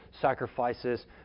sacrifices